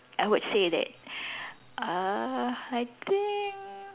I would say that uh I think